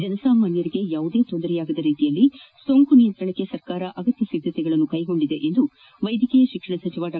ಜನಸಾಮಾನ್ಯರಿಗೆ ತೊಂದರೆಯಾಗದ ರೀತಿಯಲ್ಲಿ ಸೋಂಕು ನಿಯಂತ್ರಣಕ್ಕೆ ಸರ್ಕಾರ ಅಗತ್ಯ ಕ್ರಮ ಕೈಗೊಳ್ಳುತ್ತಿದೆ ಎಂದು ವೈದ್ಯಕೀಯ ಶಿಕ್ಷಣ ಸಚಿವ ಡಾ